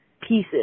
pieces